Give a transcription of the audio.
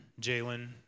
Jalen